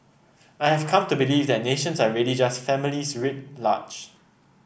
I have come to believe that nations are really just families writ large